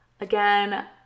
again